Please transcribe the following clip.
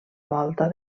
volta